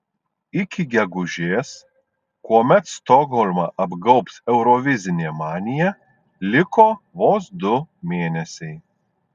iki gegužės kuomet stokholmą apgaubs eurovizinė manija liko vos du mėnesiai